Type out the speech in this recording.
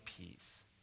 peace